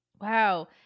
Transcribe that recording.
Wow